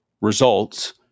results